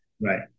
Right